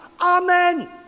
Amen